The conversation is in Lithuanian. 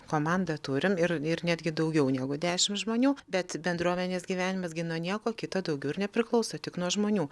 komandą turim ir ir netgi daugiau negu dešimt žmonių bet bendruomenės gyvenimas gi nuo nieko kito daugiau ir nepriklauso tik nuo žmonių